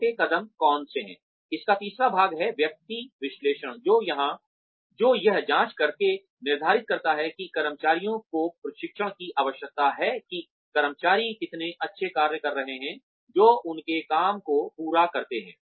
छोटे कदम कौनसे हैं इसका तीसरा भाग है व्यक्ति विश्लेषण जो यह जांच करके निर्धारित करता है कि कर्मचारियों को प्रशिक्षण की आवश्यकता हैकि कर्मचारी कितने अच्छे कार्य कर रहे हैं जो उनके काम को पूरा करते हैं